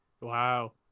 wow